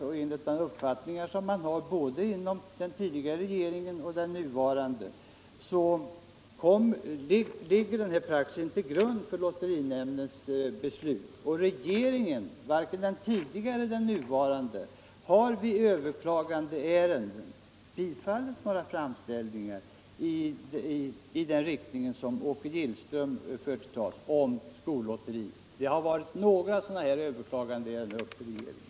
Den nuvarande regeringen anser emellertid i likhet med den tidigare regeringen att den praxis som har utbildats bör ligga till grund för lotterinämndens beslut. Varken den tidigare eller den nuvarande regeringen har vid överklaganden bifallit några framställningar om anordnande av skollotteri — det har varit några överklaganden ända upp till regeringen.